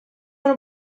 want